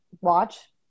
watch